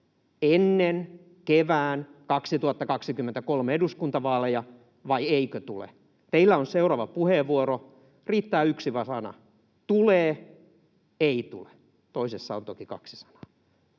ennen kevään 2023 eduskuntavaaleja, vai eikö tule? Teillä on seuraava puheenvuoro, riittää yksi sana: ”tulee”, ”ei tule” — toisessa on toki kaksi sanaa.